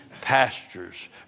pastures